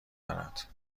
دارد